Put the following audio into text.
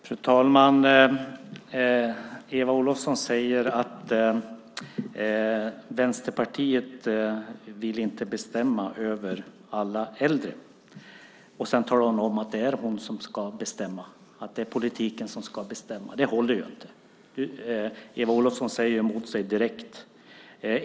Fru talman! Eva Olofsson säger att Vänsterpartiet inte vill bestämma över alla äldre, och sedan talar hon om att det är hon som ska bestämma, att det är politiken som ska bestämma. Det håller ju inte. Eva Olofsson säger emot sig själv direkt.